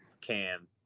cam